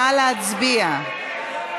נא להצביע.